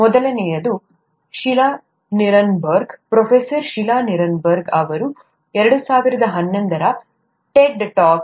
ಮೊದಲನೆಯದು Sheila Nirenberg professor Sheila Nirenberg ಅವರ 2011 ರ ಟೆಡ್ ಟಾಕ್